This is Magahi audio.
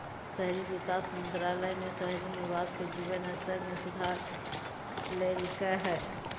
शहरी विकास मंत्रालय ने शहरी निवासी के जीवन स्तर में सुधार लैल्कय हइ